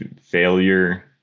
failure